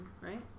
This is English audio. right